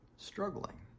Struggling